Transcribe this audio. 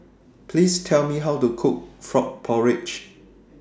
Please Tell Me How to Cook Frog Porridge